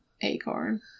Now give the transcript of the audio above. Acorn